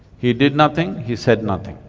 he did nothing, he said nothing,